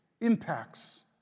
impacts